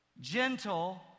gentle